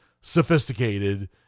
sophisticated